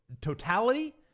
totality